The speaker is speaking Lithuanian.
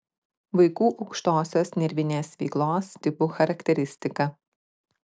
vaikų aukštosios nervinės veiklos tipų charakteristika